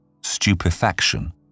stupefaction